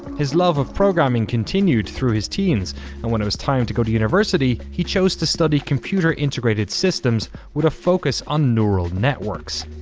his love of programming continued through his teens and when it was time to go to university, he chose to study computer integrated systems, with a focus on neural networks.